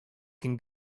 can